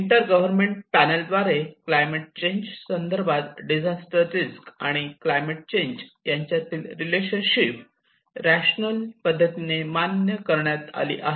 inter government panel द्वारे climate change संदर्भात disaster risk आणि क्लायमेट चेंज यांच्यातील रिलेशनशिप रॅशनल पद्धतीने मान्य करण्यात आली आहे